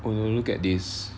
oh no you look at this